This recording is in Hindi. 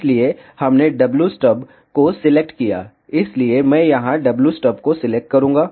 इसलिए हमने wstub को सिलेक्ट किया इसलिए मैं यहां wstub को सिलेक्ट करूंगा